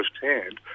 firsthand